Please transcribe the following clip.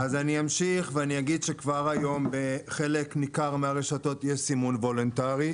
אז אני אמשיך ואני אגיד שכבר היום בחלק ניכר מהרשתות יש סימון וולונטרי,